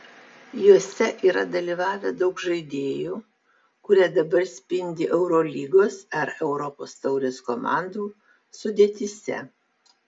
juose yra dalyvavę daug žaidėjų kurie dabar spindi eurolygos ar europos taurės komandų sudėtyse